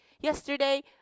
Yesterday